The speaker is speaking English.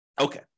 Okay